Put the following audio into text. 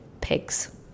pigs